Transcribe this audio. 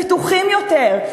בטוחים יותר,